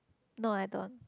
no I don't